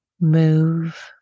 move